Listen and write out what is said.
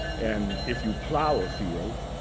and if you plow a field,